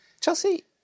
Chelsea